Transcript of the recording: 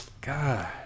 God